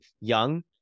young